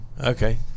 Okay